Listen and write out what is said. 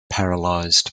paralysed